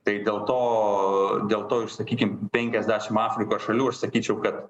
tai dėl to dėl to ir sakykim penkiasdešim afrikos šalių aš sakyčiau kad